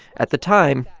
at the time,